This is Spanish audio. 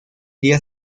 día